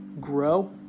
grow